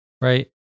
right